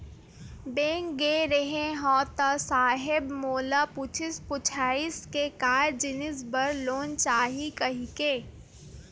Bank गे रेहे हंव ता साहेब मोला पूछिस पुछाइस के काय जिनिस बर लोन चाही कहिके?